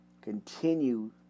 continue